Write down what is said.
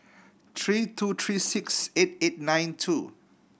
three two three six eight eight nine two